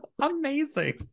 amazing